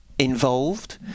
involved